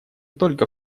только